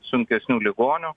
sunkesnių ligonių